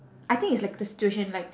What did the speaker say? I think it's like the situation like